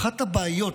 אחת הבעיות,